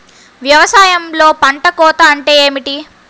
వ్యవసాయంలో పంట కోత అంటే ఏమిటి?